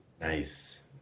Nice